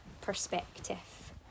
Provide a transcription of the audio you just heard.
perspective